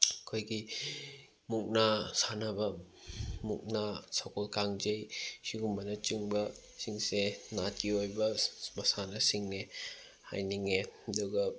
ꯑꯩꯈꯣꯏꯒꯤ ꯃꯨꯛꯅꯥ ꯁꯥꯟꯅꯕ ꯃꯨꯛꯅꯥ ꯁꯒꯣꯜ ꯀꯥꯡꯖꯩ ꯁꯤꯒꯨꯝꯕꯅ ꯆꯤꯡꯕ ꯁꯤꯡꯁꯦ ꯅꯥꯠꯀꯤ ꯑꯣꯏꯕ ꯃꯁꯥꯟꯅ ꯁꯤꯡꯅꯦ ꯍꯥꯏꯅꯤꯡꯉꯦ ꯑꯗꯨꯒ